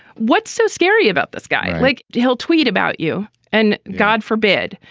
what's so scary about this guy? like he'll tweet about you and god forbid.